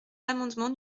l’amendement